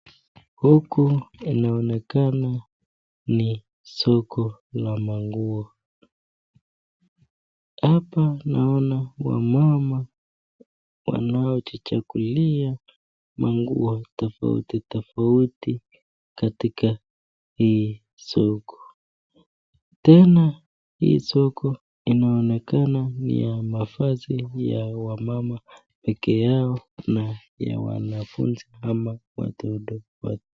Huku inaonekana ni soko la nguo. Hapa naona wamama wanao jichagulia maguo tofauti tofauti katika hii soko, tena hii soko inaonekana ni ya mavazi ya wamama peke yao na wanafunzi ama watoto wadogo.